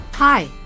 Hi